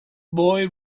boy